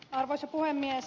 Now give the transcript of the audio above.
arvoisa puhemies